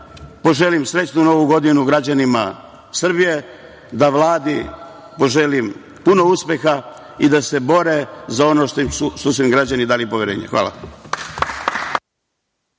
poželim srećnu Novu godinu građanima Srbije, da Vladi poželim puno uspeha i da se bore za ono za šta su im građani dali poverenje. Hvala.